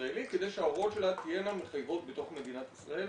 הישראלי כדי שההוראות שלה תהיינה מחייבות בתוך מדינת ישראל,